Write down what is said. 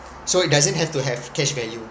so it doesn't have to have cash value